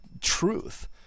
truth